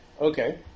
Okay